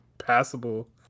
passable